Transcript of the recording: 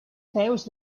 peus